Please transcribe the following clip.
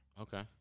Okay